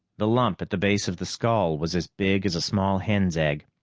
the lump at the base of the skull was as big as a small hen's egg.